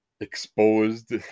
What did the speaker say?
exposed